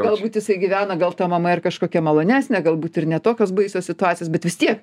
galbūt jisai gyvena gal ta mama ir kažkokia malonesnė galbūt ir ne tokios baisios situacijos bet vis tiek